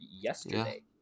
yesterday